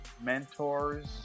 mentors